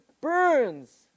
burns